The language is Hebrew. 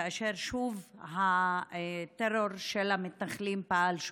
כאשר שוב הטרור של המתנחלים פעל.